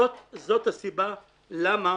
זאת הסיבה למה